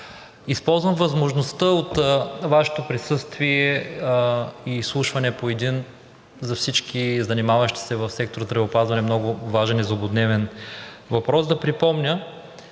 използвам възможността от Вашето присъствие и изслушване по един за всички, занимаващи се в сектор „Здравеопазване“, много важен и злободневен въпрос. Да припомня,